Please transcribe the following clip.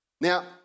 Now